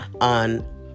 on